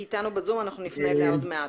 היא איתנו בזום, נפנה אליה עוד מעט.